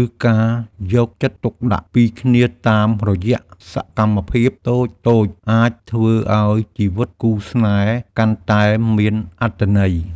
ឬការយកចិត្តទុកដាក់ពីគ្នាតាមរយៈសកម្មភាពតូចៗអាចធ្វើឱ្យជីវិតគូស្នេហ៍កាន់តែមានអត្ថន័យ។